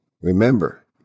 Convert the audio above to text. Remember